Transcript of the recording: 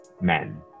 men